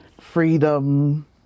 freedom